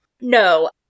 No